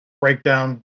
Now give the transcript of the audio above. breakdown